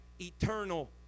eternal